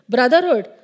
Brotherhood